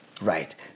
Right